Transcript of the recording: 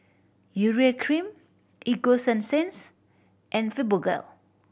Urea Cream Ego Sunsense and Fibogel